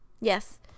Yes